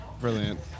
Brilliant